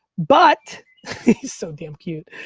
but, he's so damn cute,